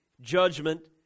judgment